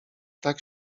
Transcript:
tak